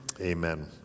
amen